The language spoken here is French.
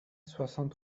soixante